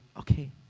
Okay